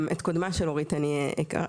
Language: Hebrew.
את קודמה של נורית אני הכרתי,